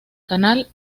canal